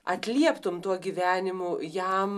atlieptum tuo gyvenimu jam